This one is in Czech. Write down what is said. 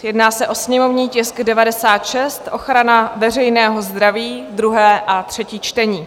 Jedná se o sněmovní tisk 96, ochrana veřejného zdraví, druhé a třetí čtení.